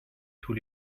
tous